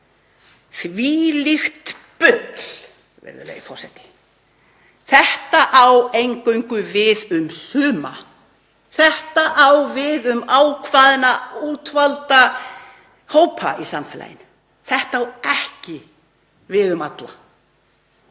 þvílíkt bull, virðulegi forseti. Þetta á eingöngu við um suma. Þetta á við um ákveðna útvalda hópa í samfélaginu. Þetta á ekki við um alla.